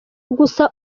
gusa